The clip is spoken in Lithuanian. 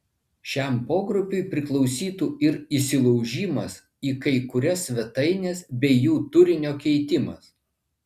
šiam pogrupiui priklausytų ir įsilaužimas į kai kurias svetaines bei jų turinio keitimas